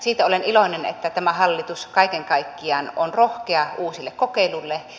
siitä olen iloinen että tämä hallitus kaiken kaikkiaan on rohkea uusille kokeiluille